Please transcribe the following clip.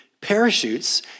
parachutes